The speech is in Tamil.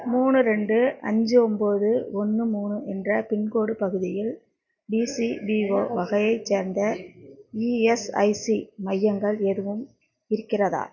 மூணு ரெண்டு அஞ்சு ஒம்பது ஒன்று மூணு என்ற பின்கோடு பகுதியில் டிசிபிஒ வகையைச் சேர்ந்த இஎஸ்ஐசி மையங்கள் எதுவும் இருக்கிறதா